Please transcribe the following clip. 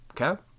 Okay